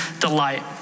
delight